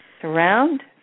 surround